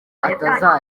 atazagera